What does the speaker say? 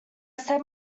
said